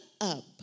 up